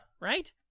Right